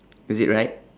is it right